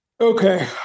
Okay